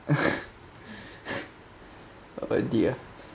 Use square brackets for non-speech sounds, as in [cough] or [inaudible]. [laughs] oh dear